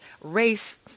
race